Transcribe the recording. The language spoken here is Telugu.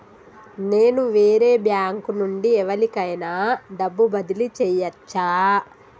నేను వేరే బ్యాంకు నుండి ఎవలికైనా డబ్బు బదిలీ చేయచ్చా?